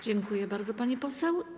Dziękuję bardzo, pani poseł.